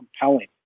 compelling